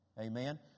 Amen